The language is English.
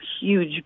huge